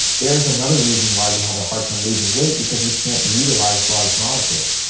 there's another reason why we have a hard time losing weight, because we can't utilize large molecules.